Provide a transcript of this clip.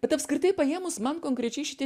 bet apskritai paėmus man konkrečiai šitie